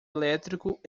elétrico